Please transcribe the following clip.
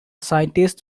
scientists